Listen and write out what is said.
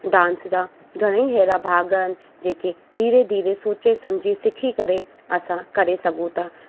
dance जा घणेई अहिड़ा भाॻ आहिनि जेके धीरे धीरे सोचे सम्झी सिखी करे असां करे सघूं था